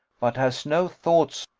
but has no thoughts,